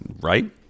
Right